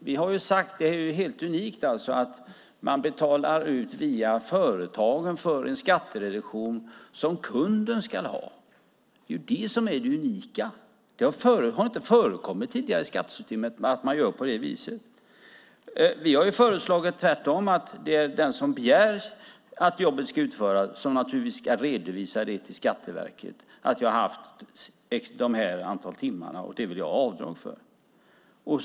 Vi har sagt att det är helt unikt att man via företagen betalar en skattereduktion som kunden ska ha. Det är det unika. Det har inte förekommit tidigare i skattesystemet att man gör på det viset. Vi har föreslagit att det naturligtvis är den som har begärt att jobbet ska utföras som ska redovisa till Skatteverket hur många timmar det är och att man vill ha avdrag för det.